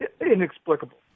inexplicable